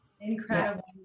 Incredible